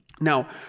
Now